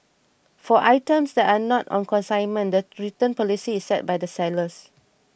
for items that are not on consignment the return policy is set by the sellers